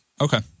Okay